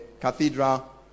cathedral